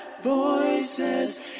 voices